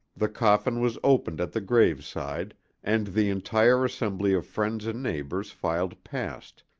the coffin was opened at the graveside and the entire assembly of friends and neighbors filed past,